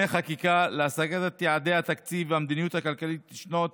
חקיקה להשגת יעדי התקציב והמדיניות הכלכלית לשנות